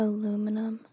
Aluminum